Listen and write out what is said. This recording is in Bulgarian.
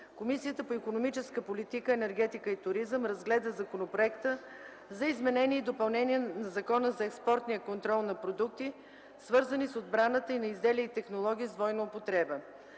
Комисията по икономическата политика, енергетика и туризъм разгледа Законопроект за изменение и допълнение на Закона за експортния контрол на продукти, свързани с отбраната, и на изделия и технологии с двойна употреба.